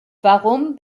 warum